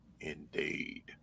indeed